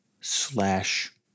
slash